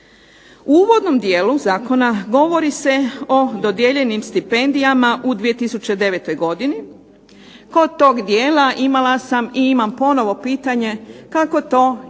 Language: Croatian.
U uvodnom dijelu zakona govori se o dodijeljenim stipendijama u 2009. godini. Kod tog dijela imala sam i imam ponovo pitanje kako to i